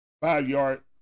five-yard